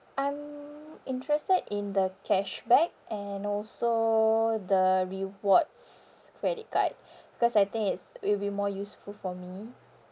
I'm interested in the cashback and also the rewards credit card because I think it's will be more useful for me